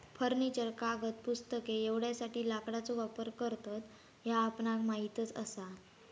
furniture, कागद, पुस्तके एवढ्यासाठी लाकडाचो वापर करतत ह्या आपल्याक माहीतच आसा